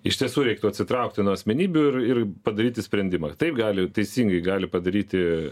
iš tiesų reiktų atsitraukti nuo asmenybių ir ir padaryti sprendimą taip gali teisingai gali padaryti